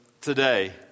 today